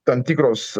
tam tikros